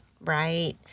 Right